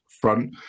front